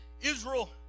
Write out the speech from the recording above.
Israel